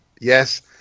yes